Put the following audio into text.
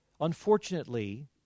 unfortunately